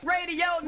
Radio